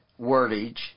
wordage